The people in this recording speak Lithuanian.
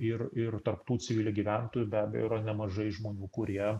ir ir tarp tų civilių gyventojų be abejo yra nemažai žmonių kurie